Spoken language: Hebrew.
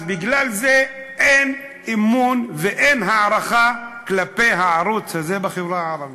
אז בגלל זה אין אמון ואין הערכה כלפי הערוץ הזה בחברה הערבית.